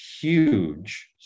huge